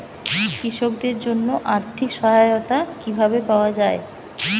কৃষকদের জন্য আর্থিক সহায়তা কিভাবে পাওয়া য়ায়?